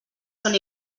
són